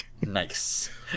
Nice